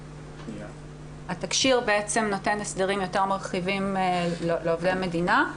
התקשי"ר נותן סדרים יותר מרחיבים לעובדי המדינה.